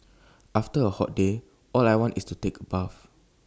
after A hot day all I want is take A bath